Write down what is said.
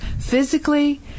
physically